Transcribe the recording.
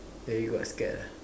then you got scared